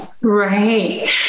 Right